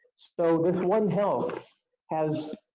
so this one health has